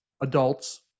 adults